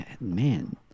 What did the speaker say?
man